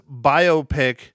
biopic